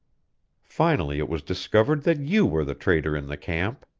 finally it was discovered that you were the traitor in the camp!